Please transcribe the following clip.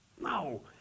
No